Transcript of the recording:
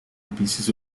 pieces